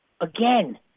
Again